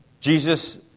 Jesus